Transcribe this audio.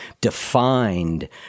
defined